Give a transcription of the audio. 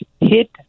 hit